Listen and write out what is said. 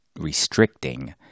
restricting –